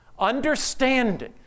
understanding